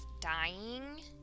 dying